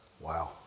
wow